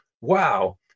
wow